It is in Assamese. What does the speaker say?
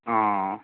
অঁ